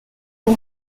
ont